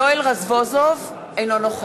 (קוראת בשמות חברי הכנסת) יואל רזבוזוב, אינו נוכח